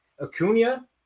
Acuna